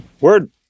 Word